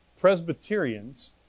Presbyterians